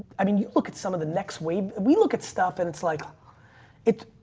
i mean, you look at some of the next wave we look at stuff and it's like it's,